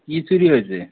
কী চুরি হয়েছে